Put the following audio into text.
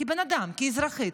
כבן אדם, כאזרחית.